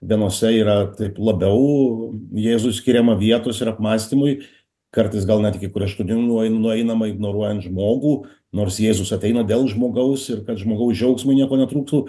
vienuose yra taip labiau jėzui skiriama vietos ir apmąstymui kartais gal net iki kraštutinu nu nueinama ignoruojant žmogų nors jėzus ateina dėl žmogaus ir kad žmogaus džiaugsmui nieko netrūktų